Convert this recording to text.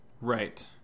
right